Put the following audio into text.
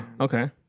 okay